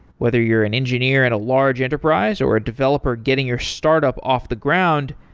whether you're an engineer at a large enterprise, or a developer getting your startup off the ground,